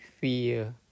fear